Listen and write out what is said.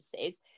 services